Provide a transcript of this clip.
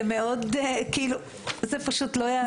זה פשוט לא יאמן.